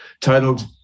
titled